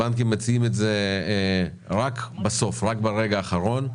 הבנקים מציעים את זה רק בסוף, רק ברגע האחרון.